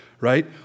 right